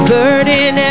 burden